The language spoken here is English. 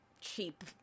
cheap